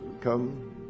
come